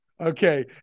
okay